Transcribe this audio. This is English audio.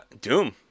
Doom